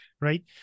right